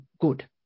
good